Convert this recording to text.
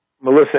Melissa